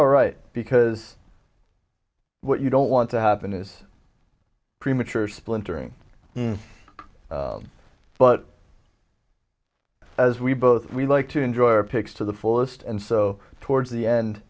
alright because what you don't want to happen is premature splintering but as we both we like to enjoy our picks to the fullest and so towards the end